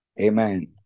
Amen